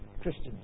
Christians